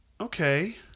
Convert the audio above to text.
Okay